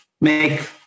Make